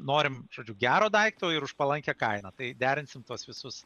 norim žodžiu gero daikto ir už palankią kainą tai derinsim tuos visus